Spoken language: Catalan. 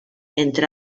entre